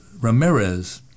Ramirez